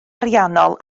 ariannol